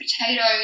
potatoes